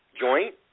Joint